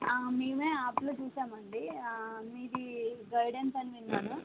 ఆ మేమే యాప్లో చూసాము అండి ఆ మీది గైడెన్స్ అని విన్నాను